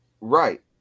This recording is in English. Right